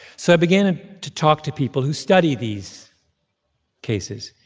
so i began and to talk to people who study these cases,